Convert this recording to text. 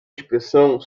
expressão